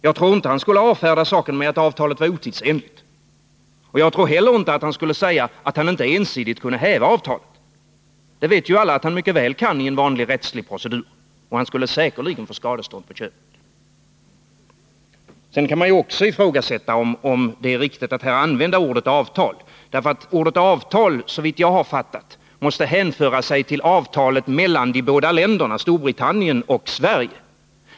Jag tror inte han skulle avfärda saken med att avtalet var otidsenligt. Jag tror heller inte att han skulle säga att han inte ensidigt kunde häva avtalet. Det vet ju alla att han mycket väl kan i en vanlig rättslig procedur. Och han skulle säkerligen få skadestånd på köpet. Sedan kan man också ifrågasätta om det är riktigt att här använda ordet ”avtal”. Ordet ”avtal” måste såvitt jag har fattat hänföra sig till avtalet mellan de båda länderna Storbritannien och Sverige.